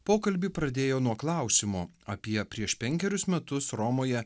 pokalbį pradėjo nuo klausimo apie prieš penkerius metus romoje